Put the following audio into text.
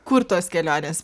kur tos kelionės